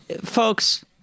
folks